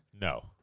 No